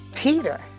Peter